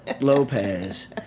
Lopez